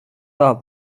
the